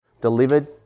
delivered